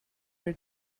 your